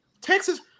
Texas –